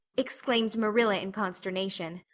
exclaimed marilla in consternation.